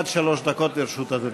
עד שלוש דקות לרשות אדוני.